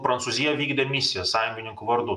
prancūzija vykdė misiją sąjungininkų vardu